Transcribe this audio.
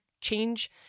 change